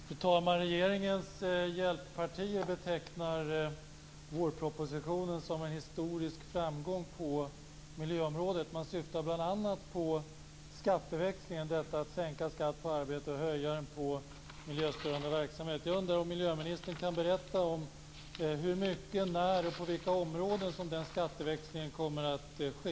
Fru talman! Regeringens hjälppartier betecknar vårpropositionen som en historisk framgång på miljöområdet. Man syftar bl.a. på skatteväxlingen - detta att sänka skatten på arbete och höja den på miljöstörande verksamhet. Jag undrar om miljöministern kan berätta i vilken omfattning, när och på vilka områden skatteväxlingen kommer att ske.